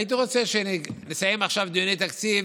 הייתי רוצה שנסיים עכשיו דיוני תקציב,